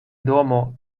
domo